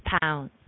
pounds